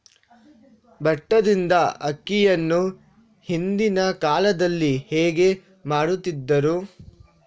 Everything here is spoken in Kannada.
ಭತ್ತದಿಂದ ಅಕ್ಕಿಯನ್ನು ಹಿಂದಿನ ಕಾಲದಲ್ಲಿ ಹೇಗೆ ಮಾಡುತಿದ್ದರು?